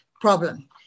problem